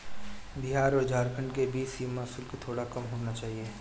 बिहार और झारखंड के बीच सीमा शुल्क थोड़ा कम होना चाहिए